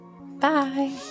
Bye